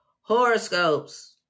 Horoscopes